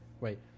Wait